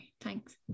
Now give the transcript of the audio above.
thanks